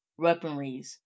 weaponries